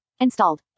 installed